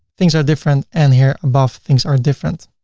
things are different and here above things are different.